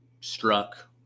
struck